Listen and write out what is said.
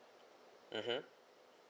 mmhmm